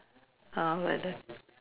uh like that